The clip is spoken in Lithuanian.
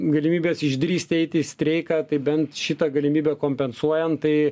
galimybės išdrįsti eiti į streiką tai bent šitą galimybę kompensuojant tai